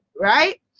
right